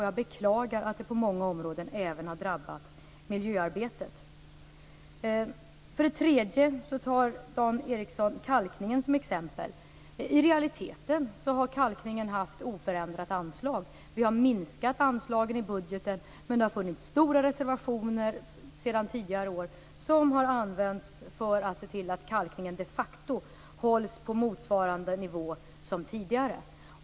Jag beklagar att det på många områden även har drabbat miljöarbetet. För det tredje tar Dan Ericsson kalkningen som exempel. I realiteten har kalkningen haft oförändrat anslag. Vi har minskat anslagen i budgeten, men det har funnits stora reservationer sedan tidigare år som har använts för att se till att kalkningen de facto hålls på motsvarande nivå som tidigare.